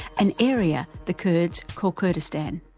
an area the kurds call kurdistan.